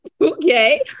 okay